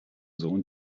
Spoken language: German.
sohn